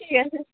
ঠিক আছে